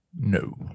No